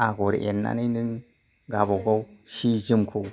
आगर एरनानै नों गावबा गाव सि जोमखौ